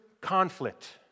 conflict